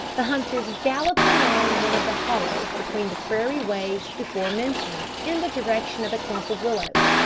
the hunters galloped along one of the hollows between the prairie waves before mentioned, in the direction of a clump of willows.